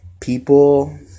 People